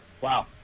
wow